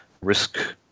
risk